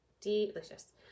delicious